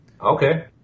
Okay